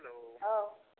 हेल' औ